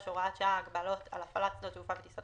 (הוראת שעה) (הגבלות על הפעלת שדות תעופה וטיסות),